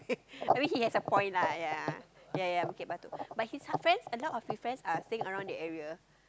I mean he has a point lah ya ya ya Bukit-Batok but his friend a lot of his friend are staying around the area